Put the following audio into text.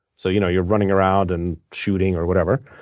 so you know you're running around and shooting or whatever.